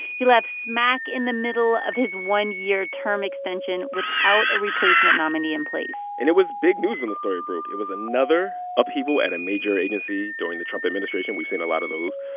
he left smack in the middle of his one-year term extension without a replacement nominee in place and it was big news when the story broke. it was another upheaval at a major agency during the trump administration we've seen a lot of those.